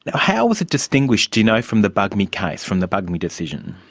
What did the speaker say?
but how was it distinguished, do you know, from the bugmy case, from the bugmy decision,